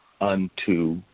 unto